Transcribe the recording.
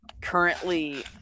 currently